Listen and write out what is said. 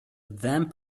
vamp